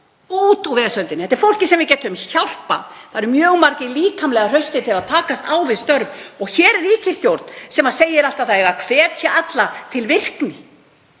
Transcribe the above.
út úr vesöldinni. Þetta er fólkið sem við getum hjálpað. Það eru mjög margir líkamlega hraustir til að takast á við störf og hér er ríkisstjórn sem segir alltaf að það eigi að hvetja alla til virkni.